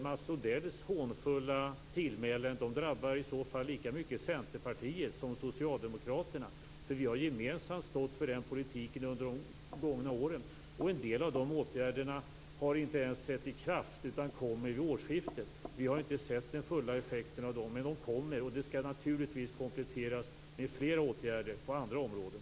Mats Odells hånfulla tillmälen drabbar i så fall lika mycket Centerpartiet som Socialdemokraterna, eftersom vi gemensamt stått för den politiken under de gångna åren. En del av de åtgärderna har inte ens trätt i kraft utan kommer vid årsskiftet. Vi har inte sett den fulla effekten av dem, men den kommer. De skall naturligtvis kompletteras med fler åtgärder på andra områden.